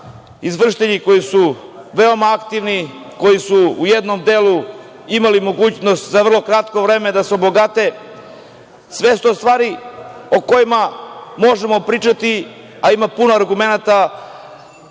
izvršitelji koji su veoma aktivni, koji su u jednom delu imali mogućnost za vrlo kratko vreme da se obogate, sve su to stvari o kojima možemo pričati, a ima puno argumenata